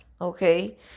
okay